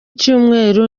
cyumweru